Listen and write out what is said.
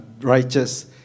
righteous